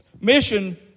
mission